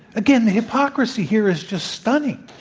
again, the hypocrisy here is just stunning.